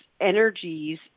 energies